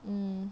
um